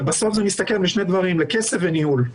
ובסוף זה מסתכם בשני דברים, בכסף ובניהול,